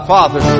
Father